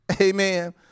Amen